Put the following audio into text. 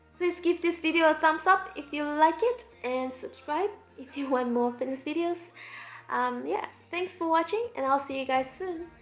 please give this video a thumbs up if you like it and subscribe if you want more fitness videos yeah, thanks for watching and i'll see you guys soon